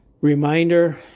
reminder